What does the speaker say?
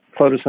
photosynthetic